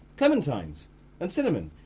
clementines! and cinnamon.